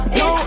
no